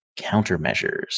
countermeasures